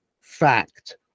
fact